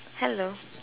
hello